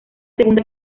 segunda